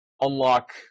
unlock